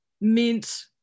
Mint